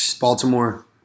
Baltimore